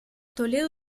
toledo